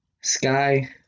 Sky